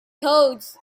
codes